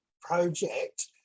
project